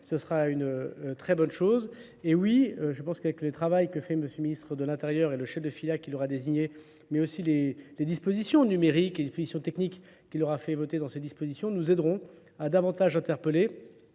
Ce sera une très bonne chose. Et oui, je pense qu'avec le travail que fait Monsieur le Ministre de l'Intérieur et le chef de FILA qui l'aura désigné, mais aussi les dispositions numériques et les dispositions techniques qu'il aura fait voter dans ces dispositions, nous aiderons à davantage interpeller